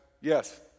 Yes